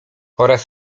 oraz